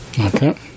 Okay